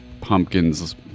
Pumpkins